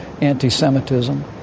anti-Semitism